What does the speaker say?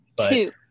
two